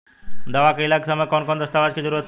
दावा कईला के समय कौन कौन दस्तावेज़ के जरूरत बा?